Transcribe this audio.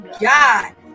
God